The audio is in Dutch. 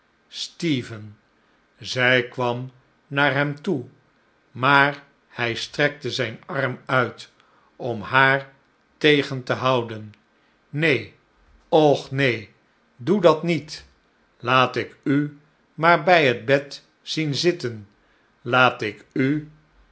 stephen zij kwam naar hem toe maar hij strekte zijn arm uit om haar tegen te houden neen och neen doe dat niet laat ik u maar bij het bed zien zitten laat ik u